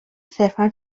صرفا